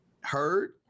heard